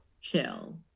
Chill